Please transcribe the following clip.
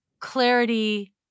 clarity